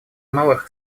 малых